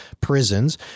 prisons